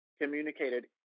communicated